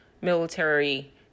military